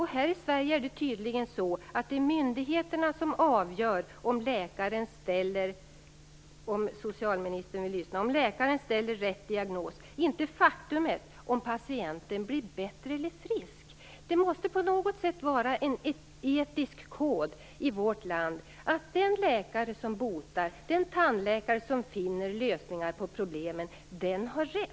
Här i Sverige är det tydligen så, om socialministern vill lyssna, att det är myndigheterna som avgör huruvida läkaren ställer rätt diagnos utan att ta hänsyn till om patienten blir bättre eller frisk. Det måste på något sätt vara en etisk kod i vårt land att den läkare som botar, den tandläkare som finner lösningar på problemen, har rätt.